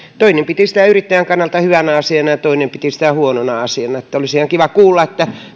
toinen piti sitä yrittäjän kannalta hyvänä asiana ja toinen piti sitä huonona asiana että olisi ihan kiva kuulla